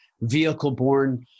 Vehicle-borne